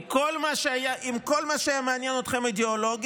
כי אם כל מה שהיה מעניין אתכם זה אידיאולוגיה,